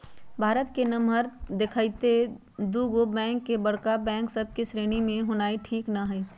भारत के नमहर देखइते दुगो बैंक के बड़का बैंक सभ के श्रेणी में होनाइ ठीक न हइ